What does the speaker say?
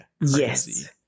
Yes